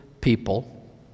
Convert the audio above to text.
people